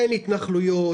אין התנחלויות,